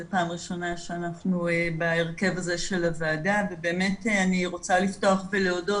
זו פעם ראשונה שאנחנו בהרכב הזה של הוועדה ובאמת אני רוצה לפתוח ולהודות